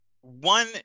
One